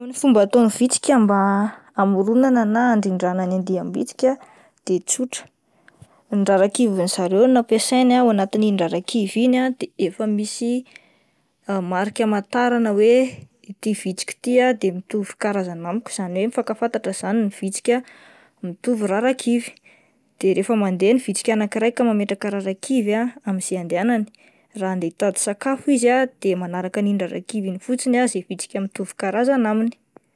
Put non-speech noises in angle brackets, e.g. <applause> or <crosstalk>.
Ny fomba ataon'ny vitsika mba hamoronana na handrindrana ny adiam-tsika de tsotra ny rarakivin'ny zareo no ampiasainy ah, ao anatin'iny rarakivy inty de efa misy <hesitation> marika amatarana hoe ity vitsika ity ah de mitovy karazana amiko izany hoe mifankafantatra izany ny vitsika mitovy rarakivy, de rehefa mandeha ny vitsika anankiray ka mametraka rarakivy ah amin'izay andehanany, raha andeha hitady sakafo izy de manaraka iny rarakivy iny fotsiny ah izay vitsika mitovy karazana aminy.